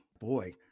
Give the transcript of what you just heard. boy